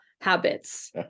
habits